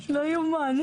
-- איזה יופי, לא יאומן.